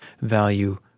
value